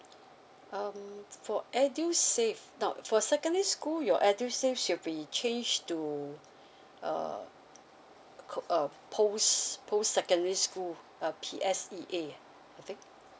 um for edusave now for secondary school your edusave should be changed to uh co~ uh post post secondary school uh P_S_E_A uh I think